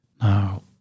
Now